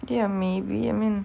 ya maybe I mean